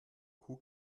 kuh